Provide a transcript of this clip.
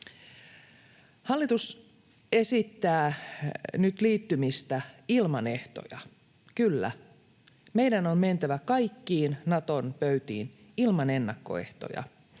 Hallitus esittää nyt liittymistä ilman ehtoja. Kyllä, meidän on mentävä kaikkiin Naton pöytiin ilman ennakkoehtoja.